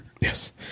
Yes